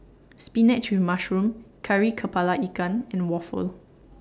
Spinach with Mushroom Kari Kepala Ikan and Waffle